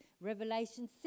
Revelation